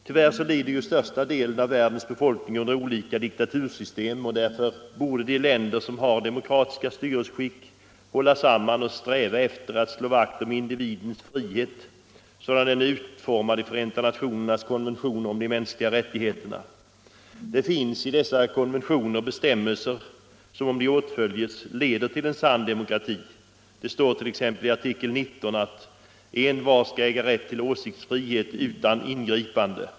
Tyvärr lider största delen av världens befolkning under olika diktatursystem, och därför borde de länder som har demokratiska styrelseskick hålla samman och sträva efter att slå vakt om individens frihet sådan den är utformad i Förenta nationernas konventioner om de mänskliga rättigheterna. Det finns i dessa konventioner bestämmelser, som om de åtföljes leder till en sann demokrati. Det står t.ex. i artikel 19 att envar skall äga rätt till åsiktsfrihet utan ingripanden.